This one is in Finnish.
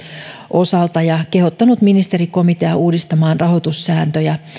osalta ja kehottanut ministerikomiteaa uudistamaan rahoitussääntöjä